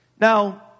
now